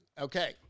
Okay